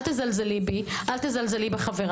אל תזלזלי בי ובחבריי.